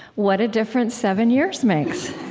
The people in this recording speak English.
what a difference seven years makes